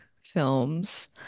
films